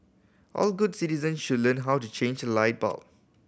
all good citizen should learn how to change light bulb